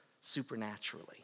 supernaturally